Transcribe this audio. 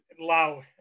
allow